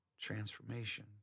transformation